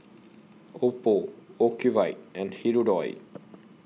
Oppo Ocuvite and Hirudoid